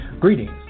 Greetings